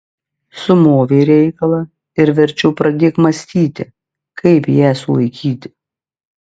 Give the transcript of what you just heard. sumovei reikalą ir verčiau pradėk mąstyti kaip ją sulaikyti